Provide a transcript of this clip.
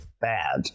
Bad